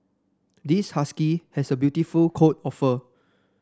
this husky has a beautiful coat of fur